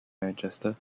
manchester